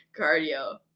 cardio